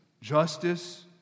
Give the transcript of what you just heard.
justice